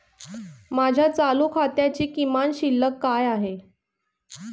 माझ्या चालू खात्याची किमान शिल्लक काय आहे?